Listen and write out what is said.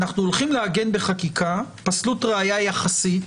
אנחנו הולכים לעגן בחקיקה פסלות ראיה יחסית.